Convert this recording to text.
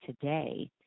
today